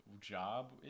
job